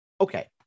Okay